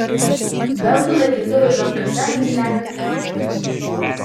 belgų naikintuvai zokniuose nusileido pirmadienį